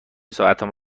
ساعتم